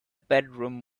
bedroom